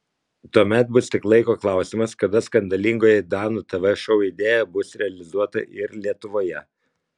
tuomet bus tik laiko klausimas kada skandalingoji danų tv šou idėja bus realizuota ir lietuvoje